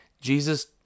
Jesus